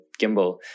gimbal